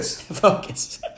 Focus